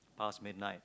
past midnight